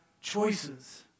choices